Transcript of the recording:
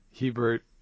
Hebert